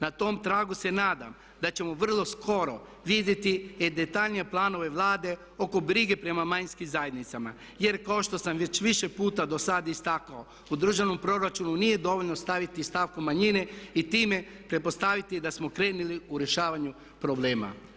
Na tom tragu se nadam da ćemo vrlo skoro vidjeti detaljnije planove Vlade oko brige prema manjinskim zajednicama jer kao što sam već više puta do sad istakao u državnom proračunu nije dovoljno staviti stavku manjine i time pretpostaviti da smo krenuli u rješavanje problema.